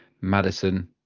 Madison